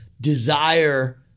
desire